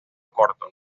corto